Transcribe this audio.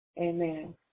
Amen